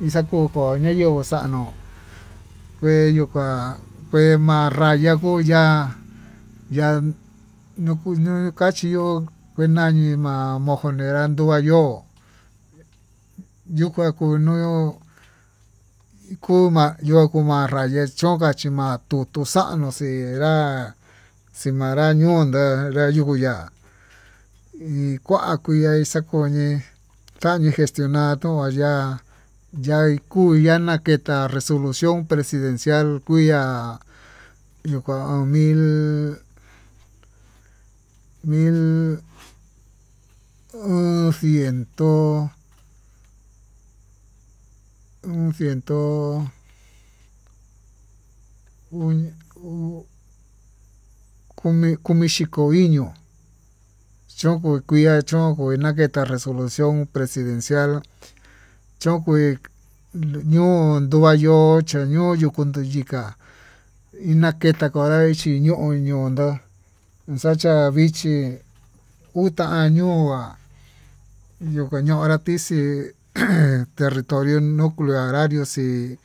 nixakuko noyenguó xa'ano kueyuu kuan kue namakuya, yan ñukuñuu kachió kuañanima monjonera nduain yo'ó yokua kuñió kuma yo kuma raya chonoka chima'a, kutuu xanu xinrá xii manra yondó nra yukuu ya'á ikua kuiá ixakoñi kani gestonar nu ya'a yaiku ya naketa resolución presidencial, kuiya nuka uun mil mil o'on ciento o'on ciento uñi ho uñiciento mil ñoo choko kuia chón oko naketa resolución presidencial chokui ñoo kua yo'o chando yukuu yuvii ka'a inaketa konra vichí ñoo ñondó inxacha vichí utá añongua yuka ñonra tixii ujun territorio nucleo arario xii.